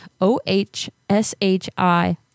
o-h-s-h-i